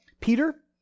Peter